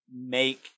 make